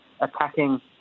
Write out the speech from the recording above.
attacking